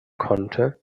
konnte